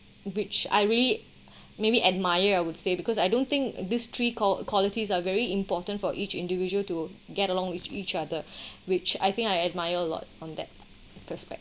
which I really maybe admire I would say because I don't think these three qua~ qualities are very important for each individual to get along with each other which I think I admire a lot on that perspect